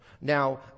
Now